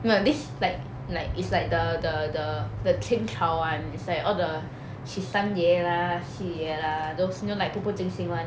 you know like this like like is like the the the the 天朝 [one] it's like all the 十三爷 lah 四爷 ah those you know like 步步驚心 [one]